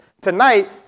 Tonight